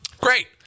Great